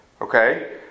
Okay